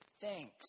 thanks